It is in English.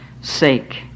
sake